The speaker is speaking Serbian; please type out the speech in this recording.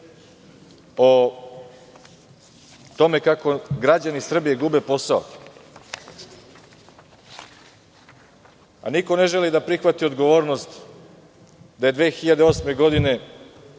o tome kako građani Srbije gube posao, a niko ne želi da prihvati odgovornost da je 2008. godine